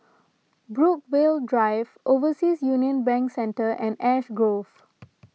Brookvale Drive Overseas Union Bank Centre and Ash Grove